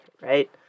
right